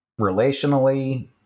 relationally